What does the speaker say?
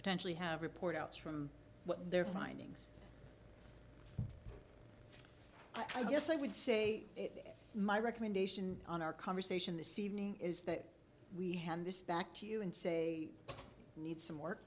potentially have report outs from their findings i guess i would say my recommendation on our conversation this evening is that we had this back to you and say need some work